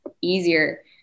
easier